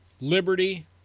Liberty